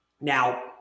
Now